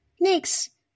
Next